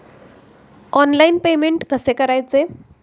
Online payment कसे करायचे?